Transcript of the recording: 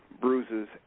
bruises